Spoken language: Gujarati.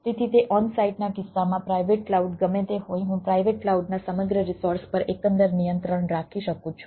તેથી તે ઓનસાઇટના કિસ્સામાં પ્રાઇવેટ ક્લાઉડ ગમે તે હોય હું પ્રાઇવેટ ક્લાઉડના સમગ્ર રિસોર્સ પર એકંદર નિયંત્રણ રાખી શકું છું